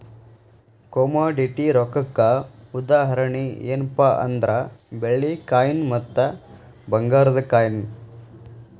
commodity ರೊಕ್ಕಕ್ಕ ಉದಾಹರಣಿ ಯೆನ್ಪಾ ಅಂದ್ರ ಬೆಳ್ಳಿ ಕಾಯಿನ್ ಮತ್ತ ಭಂಗಾರದ್ ಕಾಯಿನ್